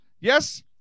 yes